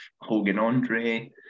Hogan-Andre